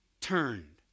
turned